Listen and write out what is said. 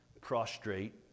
prostrate